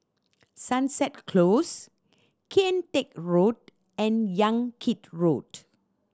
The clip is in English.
Sunset Close Kian Teck Road and Yan Kit Road